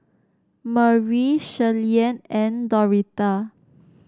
Murry Shirleyann and Doretha